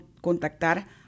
contactar